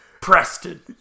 Preston